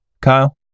Kyle